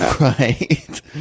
Right